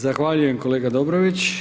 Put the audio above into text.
Zahvaljujem kolega Dobrović.